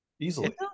Easily